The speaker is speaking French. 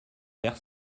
faire